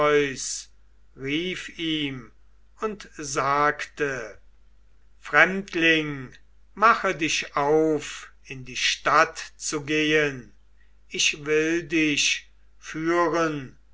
rief ihm und sagte fremdling mache dich auf in die stadt zu gehen ich will dich führen